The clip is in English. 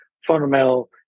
fundamental